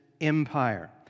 empire